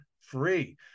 free